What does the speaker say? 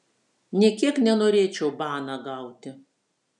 nė kiek nenorėčiau baną gauti